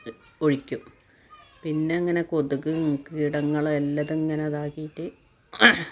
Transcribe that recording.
ഒഴിക്കും പിന്നെയങ്ങനെ കൊതുകും കീടങ്ങൾ എല്ലാം അതിങ്ങനെ അതാക്കിയിട്ട്